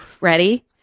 Ready